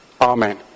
Amen